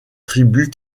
tribus